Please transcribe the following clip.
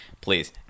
please